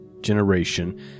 generation